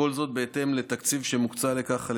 וכל זאת בהתאם לתקציב שמוקצה לכך על